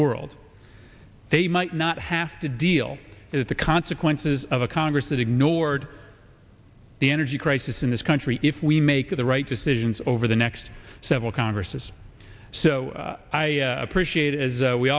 world they might not have to deal with the consequences of a congress that ignored the energy crisis in this country if we make the right decisions over the next several congresses so i appreciate as we